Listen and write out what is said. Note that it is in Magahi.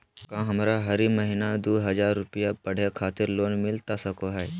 का हमरा हरी महीना दू हज़ार रुपया पढ़े खातिर लोन मिलता सको है?